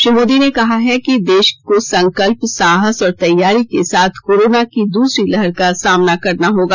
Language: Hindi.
श्री मोदी ने कहा है कि देश को संकल्प साहस और तैयारी के साथ कोरोना की दूसरी लहर का सामना करना होगा